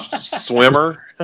swimmer